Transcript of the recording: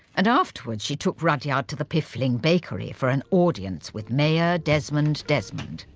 and afterwards she took rudyard to the piffling bakery for an audience with mayor desmond desmond,